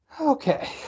Okay